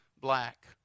black